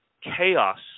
chaos